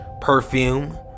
perfume